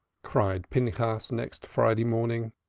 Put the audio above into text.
cried pinchas next friday morning.